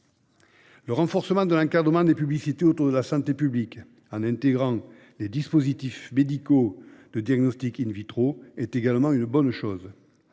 Le renforcement de l'encadrement des publicités autour de la santé publique, notamment l'intégration des dispositifs médicaux de diagnostic, est également une bonne chose.